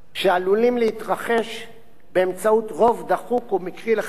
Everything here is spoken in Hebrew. באמצעות רוב דחוק ומקרי לחלוטין במליאת הכנסת.